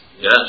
Yes